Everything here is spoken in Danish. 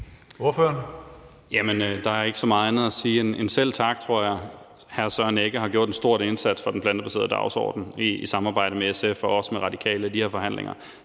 Der er ikke så meget andet at sige end selv tak, tror jeg. Hr. Søren Egge Rasmussen har gjort en stor indsats for den plantebaserede dagsorden, i samarbejde med SF og også med Radikale, i de her forhandlinger.